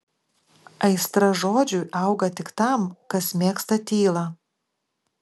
aistra žodžiui auga tik tam kas mėgsta tylą